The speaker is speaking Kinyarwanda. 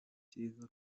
byiza